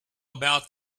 about